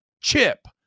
chip